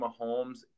Mahomes